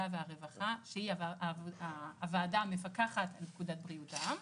והרווחה שהיא הוועדה המפקחת על פקודת בריאות העם,